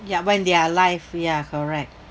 ya when they are alive ya correct